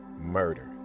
murder